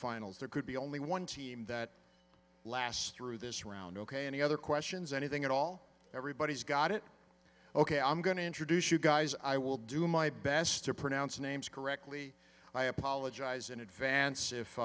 finals there could be only one team that lasts through this round ok any other questions anything at all everybody's got it ok i'm going to introduce you guys i will do my best to pronounce the names correctly i apologize in advance if